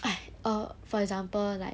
哎 err for example like